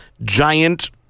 giant